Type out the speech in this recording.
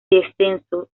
descenso